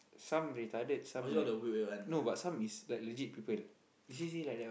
some retarded some they no but some is like legit people